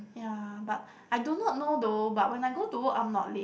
ya but I do not know though but when I go to work I'm not late